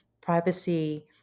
privacy